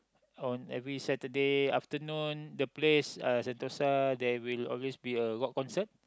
on every Saturday afternoon the place uh Sentosa there will always be a rock concerts